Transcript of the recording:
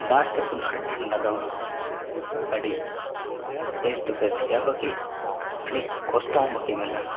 ᱫᱟᱜ ᱡᱟᱹᱯᱩᱫ ᱟᱨ ᱴᱷᱟᱱᱰᱟ ᱫᱚ ᱟᱹᱰᱤ ᱵᱮᱥ ᱫᱚ ᱵᱮᱥᱜᱮᱭᱟ ᱵᱟᱹᱠᱤᱡ ᱟᱹᱰᱤ ᱠᱚᱥᱴᱚᱦᱚᱸ ᱵᱟᱠᱤ ᱢᱮᱱᱟᱜᱼᱟ